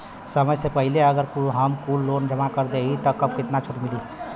समय से पहिले अगर हम कुल लोन जमा कर देत हई तब कितना छूट मिली?